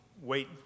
wait